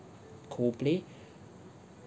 coldplay